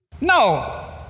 No